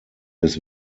des